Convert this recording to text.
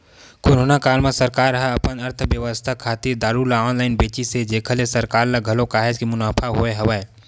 corona काल म सरकार ह अपन अर्थबेवस्था खातिर दारू ल ऑनलाइन बेचिस हे जेखर ले सरकार ल घलो काहेच के मुनाफा होय हवय